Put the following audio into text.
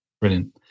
brilliant